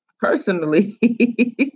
personally